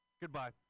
Goodbye